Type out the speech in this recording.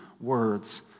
words